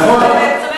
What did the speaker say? נכון.